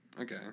Okay